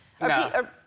No